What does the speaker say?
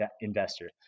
investor